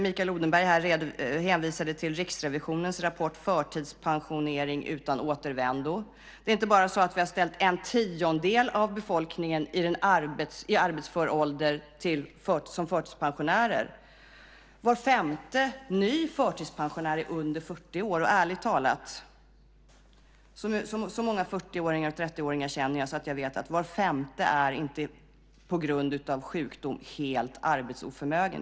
Mikael Odenberg hänvisade till Riksrevisionens rapport Förtidspensionering utan återvändo . Det är inte bara så att vi har ställt av en tiondel av befolkningen i arbetsför ålder som förtidspensionärer, var femte ny förtidspensionär är under 40 år. Och ärligt talat, så många 40-åringar och 30-åringar känner jag att jag vet att var femte inte på grund av sjukdom är helt arbetsoförmögen.